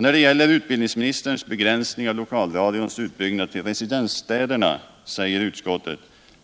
När det gäller utbildningsministerns begränsning av lokalradions utbyggnad till residensstäderna säger utskottet